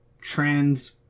trends